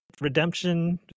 redemption